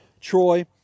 Troy